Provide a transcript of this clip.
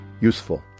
Useful